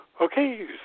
Okay